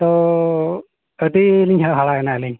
ᱟᱫᱚ ᱟᱹᱰᱤ ᱞᱤᱧ ᱦᱟᱦᱟᱬᱟᱭᱮᱱᱟ ᱟᱹᱞᱤᱧ